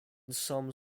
some